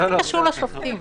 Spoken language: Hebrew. מה זה קשור לשופטים?